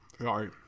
Sorry